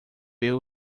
ver